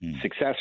success